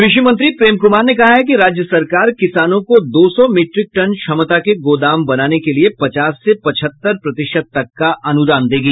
कृषि मंत्री प्रेम कुमार ने कहा है कि राज्य सरकार किसानों को दो सौ मीट्रिक टन क्षमता के गोदाम बनाने के लिए पचास से पचहत्तर प्रतिशत तक का अनुदान देगी